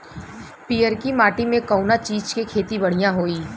पियरकी माटी मे कउना चीज़ के खेती बढ़ियां होई?